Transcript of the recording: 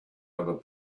other